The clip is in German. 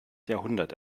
jahrhundert